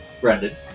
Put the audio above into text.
Brandon